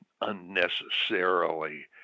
unnecessarily